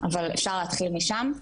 אבל אפשר להתחיל משם.